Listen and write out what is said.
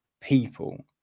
people